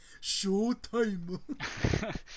Showtime